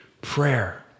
prayer